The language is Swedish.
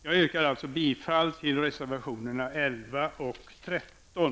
Jag yrkar bifall till reservationerna 11 och 13.